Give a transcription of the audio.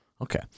Okay